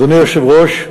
אדוני היושב-ראש,